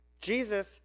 Jesus